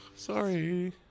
Sorry